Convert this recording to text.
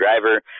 Driver